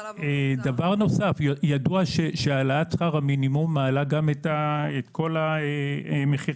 ידוע שהעלאת שכר המינימום מעלה גם את כל המחירים